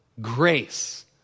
grace